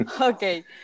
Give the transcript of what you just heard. Okay